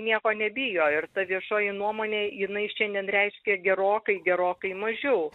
nieko nebijo ir ta viešoji nuomonė jinai šiandien reiškia gerokai gerokai mažiau